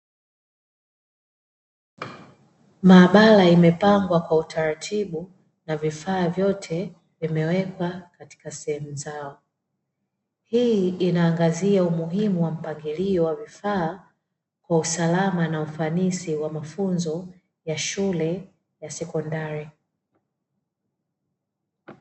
Maabara imepangwa kwa utaratibu na vifaa vyote vimewekwa katika sehemu zao. Hii inaangazia umuhimu wa mpangilio wa vifaa kwa usalama na ufanisi wa mafunzo ya shule ya sekondari.